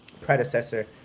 predecessor